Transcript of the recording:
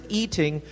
eating